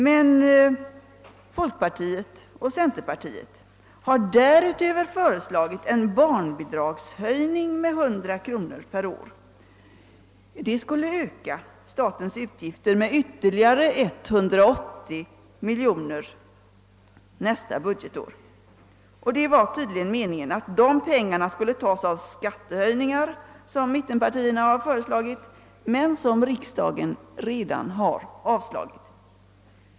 Men folkpartiet och centerpartiet har utöver detta föreslagit en barnbidragshöjning med 100 kronor per år. Detta skulle öka statens utgifter med ytterligare 180 miljoner kronor nästa budgetår. Det var tydligen meningen att dessa pengar skulle tas ut genom skattehöjningar, som mittenpartierna påyrkat men som riksdagen redan har avslagit.